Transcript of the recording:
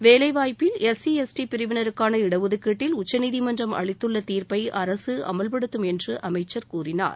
வேலைவாய்ப்பில் SC ST பிரிவினருக்கான இடஒதுக்கீட்டில் உச்சநீதிமன்றம் அளித்துள்ள தீர்ப்பை அரசு அமல்படுத்தும் என்று அமைச்சர் கூறினார்